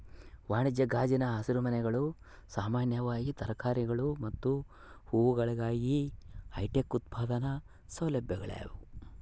ವಾಣಿಜ್ಯ ಗಾಜಿನ ಹಸಿರುಮನೆಗಳು ಸಾಮಾನ್ಯವಾಗಿ ತರಕಾರಿಗಳು ಮತ್ತು ಹೂವುಗಳಿಗಾಗಿ ಹೈಟೆಕ್ ಉತ್ಪಾದನಾ ಸೌಲಭ್ಯಗಳಾಗ್ಯವ